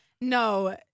No